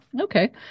Okay